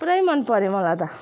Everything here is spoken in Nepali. पुरै मन पर्यो मलाई त